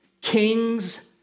kings